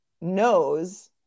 knows